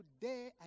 today